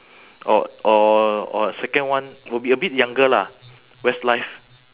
or or or second one will be a bit younger lah westlife